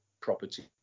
property